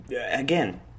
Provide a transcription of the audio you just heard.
again